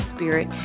Spirit